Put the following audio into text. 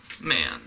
man